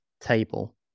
table